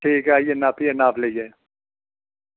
ठीक ऐ आह्नियै नापियै नाप लेई जायो